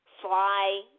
fly